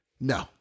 No